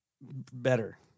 Better